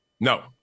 no